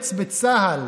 חמץ בצה"ל,